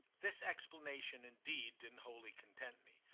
this explanation indeed didn't wholly content me,